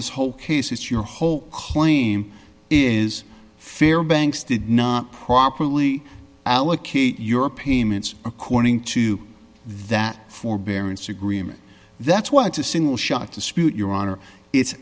this whole case is your whole claim is fair banks did not properly allocate your payments according to that forbearance agreement that's why it's a single shot dispute your honor it's